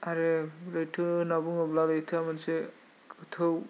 आरो लैथो होनना बुङोब्ला लैथोआ मोनसे गोथौ